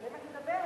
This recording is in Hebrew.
שעליהם את מדברת,